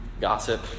gossip